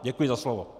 Děkuji za slovo.